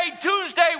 Tuesday